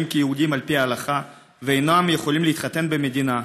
כיהודים על פי ההלכה ואינם יכולים להתחתן במדינה.